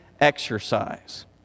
exercise